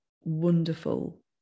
wonderful